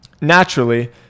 Naturally